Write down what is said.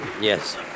Yes